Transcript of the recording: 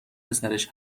پسرش